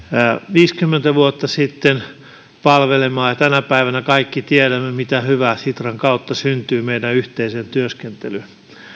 viisikymmentä vuotta sitten palvelemaan ja tänä päivänä kaikki tiedämme mitä hyvää sitran kautta syntyy meidän yhteiseen työskentelyyn